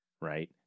Right